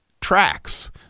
tracks